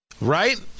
right